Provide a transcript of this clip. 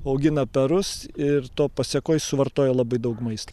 augina perus ir to pasekoj suvartoja labai daug maisto